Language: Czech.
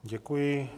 Děkuji.